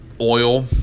oil